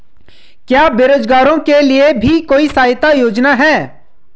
क्या बेरोजगारों के लिए भी कोई सहायता योजना है?